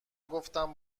گفتم